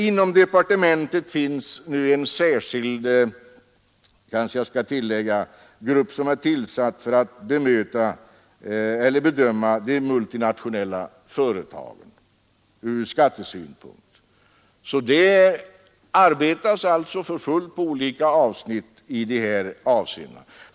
Inom departementet finns nu — det kanske jag bör tillägga — en särskild grupp som är tillsatt för att bedöma de multinationella företagen ur skattesynpunkt. Det arbetas alltså för fullt på olika avsnitt i alla dessa avseenden.